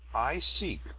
i seek,